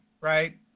right